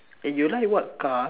eh you like what car ah